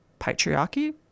patriarchy